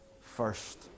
first